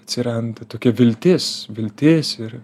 atsiranda tokia viltis viltis ir